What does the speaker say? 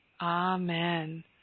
Amen